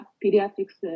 pediatrics